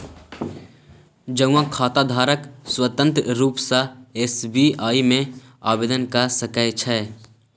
जौंआँ खाताधारक स्वतंत्र रुप सँ एस.बी.आइ मे आवेदन क सकै छै